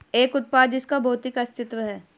एक उत्पाद जिसका भौतिक अस्तित्व है?